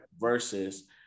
versus